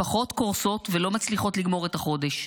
משפחות קורסות ולא מצליחות לגמור את החודש,